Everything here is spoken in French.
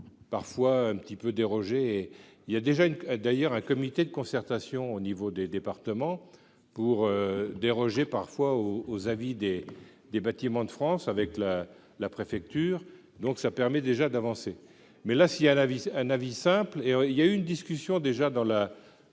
parfois un petit peu déroger, et il y a déjà une d'ailleurs un comité de concertation au niveau des départements pour déroger parfois au aux avis des des bâtiments de France avec la la préfecture, donc ça permet déjà d'avancer mais là si a la un avis simple et il y a eu une discussion déjà dans la,